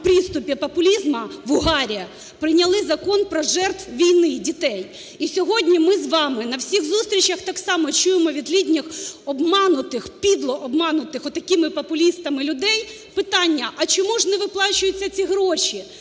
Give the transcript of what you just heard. приступі популізму, в угарі прийняли Закон про жертв війни, дітей. І сьогодні ми з вами на всіх зустрічах так само чуємо від літніх обманутих, підло обманутих отакими популістами людей питання: а чому ж не виплачуються ці гроші,